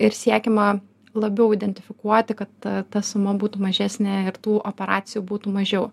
ir siekiama labiau identifikuoti kad ta suma būtų mažesnė ir tų operacijų būtų mažiau